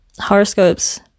horoscopes